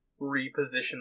reposition